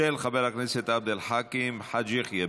של חבר הכנסת עבד אל חכים חאג' יחיא.